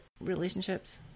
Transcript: relationships